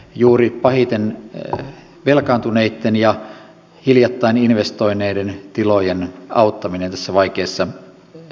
juuri pahiten velkaantuneitten ja hiljattain investoineiden tilojen auttaminen tässä vaikeassa tilanteessa